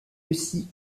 aussi